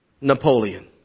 Napoleon